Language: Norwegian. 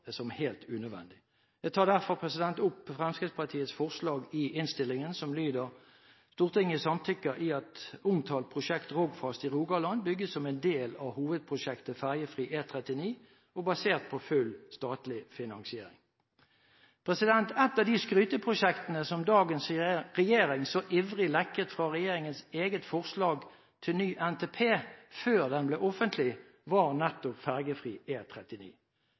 som helt unødvendig. Jeg tar derfor opp Fremskrittspartiets forslag i innstillingen, som lyder: «Stortinget samtykker i at omtalt prosjekt, Rogfast i Rogaland, bygges som del av hovedprosjektet Ferjefri E39 og baseres på full statlig finansiering.» Ett av de skryteprosjektene som dagens regjering så ivrig lekket fra regjeringens eget forslag til ny NTP, før den ble offentliggjort, var nettopp ferjefri E39. Men finansieringen var og er